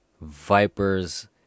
vipers